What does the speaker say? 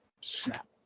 Snap